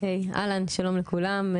אהלן שלום לכולם,